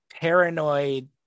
paranoid